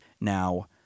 Now